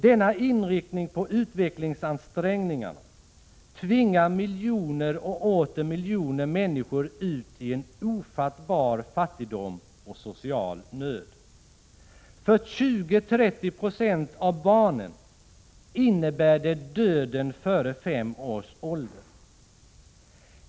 Denna inriktning på utvecklingsansträngningarna tvingar miljoner och åter miljoner människor ut i en ofattbar fattigdom och social nöd. För 20-30 procent av barnen innebär det döden före fem års ålder.